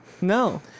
No